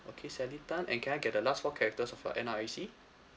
okay sally tan and can I get the last four characters of your N_R_I_C